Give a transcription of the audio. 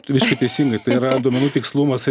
visiškai teisingai tai yra duomenų tikslumas